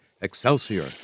Excelsior